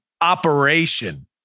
operation